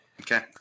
Okay